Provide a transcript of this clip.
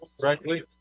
correctly